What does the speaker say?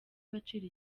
agaciro